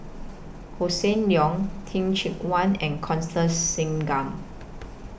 Hossan Leong Teh Cheang Wan and Constance Singam